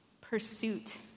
pursuit